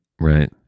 Right